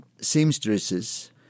seamstresses